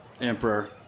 Emperor